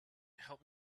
help